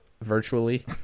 virtually